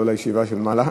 לא לישיבה של מעלה,